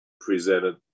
presented